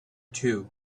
too